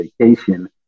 vacation